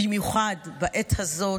במיוחד בעת הזאת,